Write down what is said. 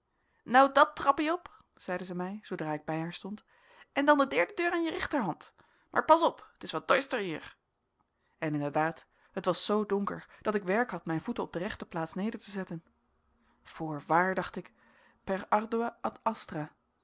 nou dat trappie op zeide zij mij zoodra ik bij haar stond en dan de derde deur aan je rechterhand maar pas op het is wat doister hier en inderdaad het was zoo donker dat ik werk had mijn voeten op de rechte plaats neder te zetten voorwaar dacht ik per ardua ad